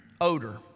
odor